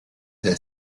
their